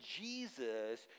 Jesus